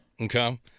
Okay